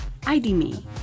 IDMe